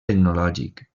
tecnològic